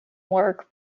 work